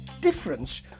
difference